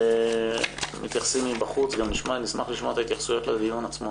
נשמח לשמוע התייחסויות לדיון עצמו.